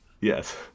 Yes